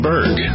Berg